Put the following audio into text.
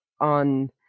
on